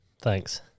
thanks